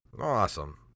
Awesome